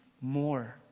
more